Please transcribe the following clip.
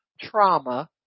trauma